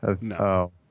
No